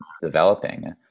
developing